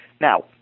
Now